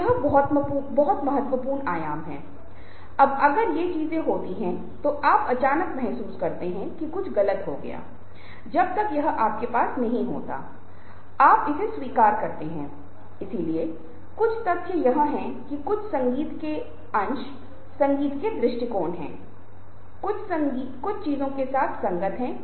यह एक महत्वपूर्ण मात्रा में भ्रम को कम करता है जो एक संज्ञानात्मक भार को कम करता है यह समझ में वृद्धि करता है और मुझे एक व्यक्तिगत एहसास हुआ है कि जब मैं ऐसा करता हूं तो वह विशेष दिन अन्य दिनों से अधिक समन्वित धूर्त व्यापक होता है जब मैं ऐसा नहीं करता हूं